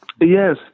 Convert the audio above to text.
Yes